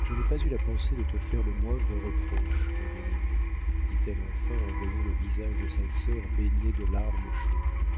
je n'ai pas eu la pensée de te faire le moindre reproche ma bien-aimée dit-elle enfin en voyant le visage de sa sœur baigné de larmes chaudes